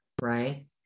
right